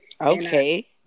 Okay